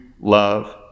love